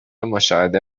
مشاهده